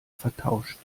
vertauscht